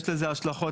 יש לזה השלכות,